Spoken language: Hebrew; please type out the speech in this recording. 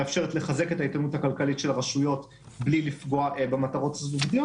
מאפשרת לחזק את האיתנות הכלכלית של הרשויות בלי לפגוע במטרות סביבתיות,